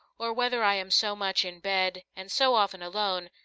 or whether i am so much in bed, and so often alone,